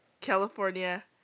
California